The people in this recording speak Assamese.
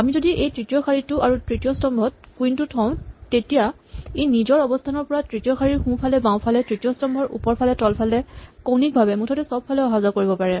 আমি যদি এই তৃতীয় শাৰী আৰু তৃতীয় স্তম্ভত কুইন টো থওঁ তেতিয়া ই নিজৰ অৱস্হানৰ পৰা তৃতীয় শাৰীৰ সোঁফালে বাওঁফালে তৃতীয় স্তম্ভৰ ওপৰফালে তল ফালে কৌণিকভাৱে মুঠতে চবফালে অহা যোৱা কৰিব পাৰে